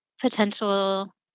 potential